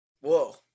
Whoa